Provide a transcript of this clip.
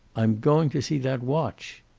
i'm going to see that watch.